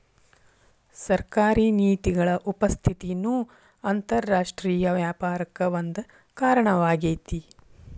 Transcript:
ಸರ್ಕಾರಿ ನೇತಿಗಳ ಉಪಸ್ಥಿತಿನೂ ಅಂತರರಾಷ್ಟ್ರೇಯ ವ್ಯಾಪಾರಕ್ಕ ಒಂದ ಕಾರಣವಾಗೇತಿ